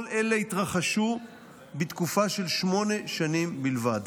כל אלה התרחשו בתקופה של שמונה שנים בלבד.